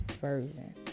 version